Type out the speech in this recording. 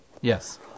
Yes